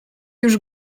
już